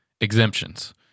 exemptions